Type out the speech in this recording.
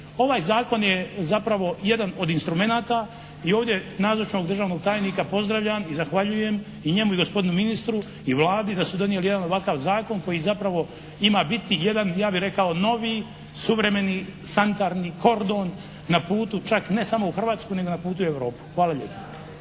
Ovaj zakon je zapravo jedan od instrumenata i ovdje nazočnog državnog tajnika pozdravljam i zahvaljujem i njemu i gospodinu ministru i Vladi da su donijeli jedan ovakav zakon koji zapravo ima biti jedan ja bih rekao novi suvremeni sanitarni kordon na putu čak ne samo u Hrvatsku nego na putu u Europu. Hvala lijepa.